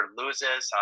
loses